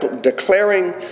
declaring